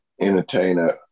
entertainer